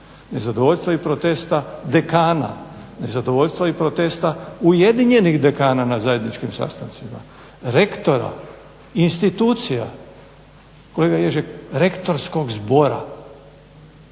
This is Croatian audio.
nezadovoljstva i protesta dekana, nezadovoljstva i protesta ujedinjenih dekana na zajedničkim sastancima, rektora, institucija. Kolega Ježek, rektorskog zbora.